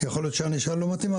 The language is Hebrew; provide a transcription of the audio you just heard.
יכול להיות שהענישה לא מתאימה,